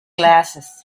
glasses